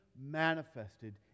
manifested